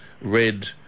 red